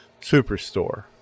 Superstore